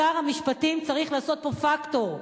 שר המשפטים צריך לעשות פה פקטור.